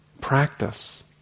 practice